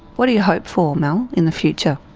what do you hope for mel in the future?